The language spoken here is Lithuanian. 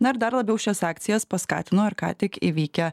na ir dar labiau šias akcijas paskatino ir ką tik įvykę